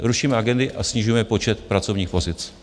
Rušíme agendy a snižujeme počet pracovních pozic.